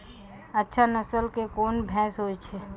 अच्छा नस्ल के कोन भैंस होय छै?